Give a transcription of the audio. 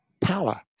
power